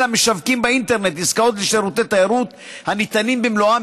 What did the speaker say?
המשווקים באינטרנט עסקאות לשירותי תיירות הניתנים במלואם